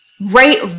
right